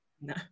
No